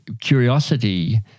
curiosity